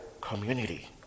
community